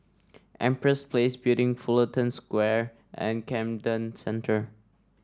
Empress Place Building Fullerton Square and Camden Centre